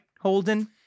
Holden